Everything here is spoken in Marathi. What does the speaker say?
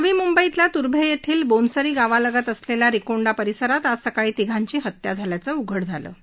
नवी मुंबई तुर्मे येथील बोनसरी गावालगत असलेल्या रीकोण्डा परिसरात आज सकाळी तिघांची हत्या झाल्याचं उघड झालं आहे